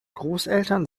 großeltern